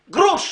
גרוש,